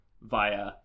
via